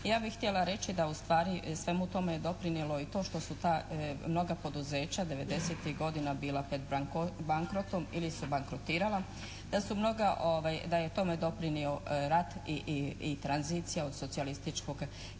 Ja bih htjela reći da ustvari svemu tome je doprinijelo i to što su ta mnoga poduzeća 90-tih godina bila pred bankrotom ili su bankrotirala, da je tome doprinio rat i tranzicija od socijalističkog ka